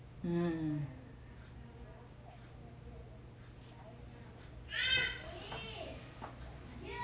um